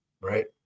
right